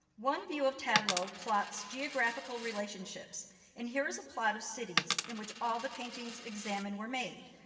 one view of tableau plots geographical relationships and here is a plot of cities, in which all the paintings examined were made.